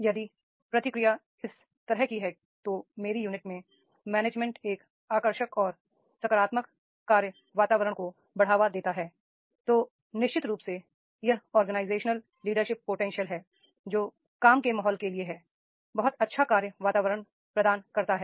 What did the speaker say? यदि प्रतिक्रिया इस तरह की है तो मेरी यूनिट में मैनेजमेंट एक आकर्षक और सकारात्मक कार्य वातावरण को बढ़ावा देता है तो निश्चित रूप से यह ऑर्गेनाइजेशन लीडरशिप पोटेंशियल है जो काम के माहौल के लिए है बहुत अच्छा कार्य वातावरण प्रदान करता है